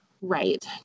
right